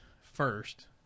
first